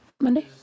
Monday